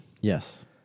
Yes